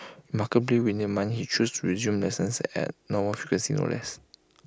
remarkably within A month he chose to resume lessons at normal frequency no less